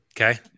Okay